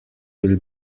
will